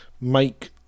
make